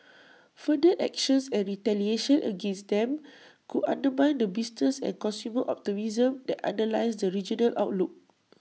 further actions and retaliation against them could undermine the business and consumer optimism that underlies the regional outlook